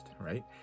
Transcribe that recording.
right